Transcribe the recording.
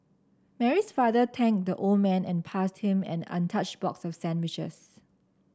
Mary's father thanked the old man and passed him an untouched box of sandwiches